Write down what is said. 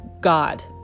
God